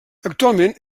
actualment